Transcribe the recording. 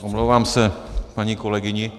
Omlouvám se paní kolegyni.